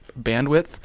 bandwidth